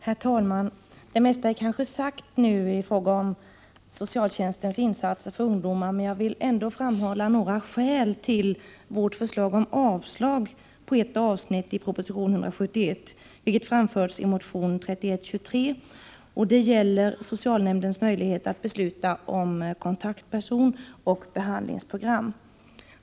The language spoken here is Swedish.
Herr talman! Det mesta kanske nu är sagt i fråga om socialtjänstens insatser för ungdomar, men jag vill ändå framhålla några skäl till vårt förslag om avslag på ett avsnitt i proposition 171, vilket framförts i motion 3123. Det gäller socialnämndens möjlighet att besluta om kontaktperson och behandlingsprogram.